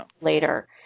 later –